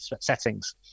settings